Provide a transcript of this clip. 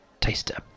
taster